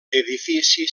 edifici